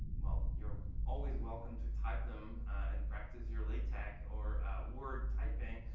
you're always welcome to type them and practice your latex or word typing.